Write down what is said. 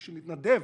בשביל להתנדב